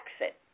exit